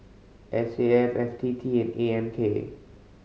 S A F F T T A M K